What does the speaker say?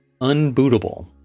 unbootable